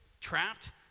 trapped